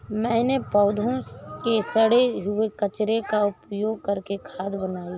मैंने पौधों के सड़े हुए कचरे का उपयोग करके खाद बनाई